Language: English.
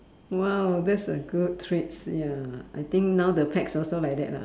!wow! that's a good treats ya I think now the pets also like that lah